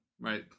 right